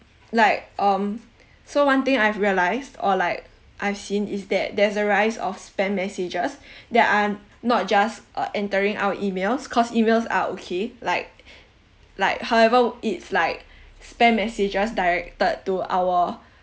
like um so one thing I've realised or like I've seen is that there's a rise of spam messages that are not just uh entering our emails cause emails are okay like like however it's like spam messages directed to our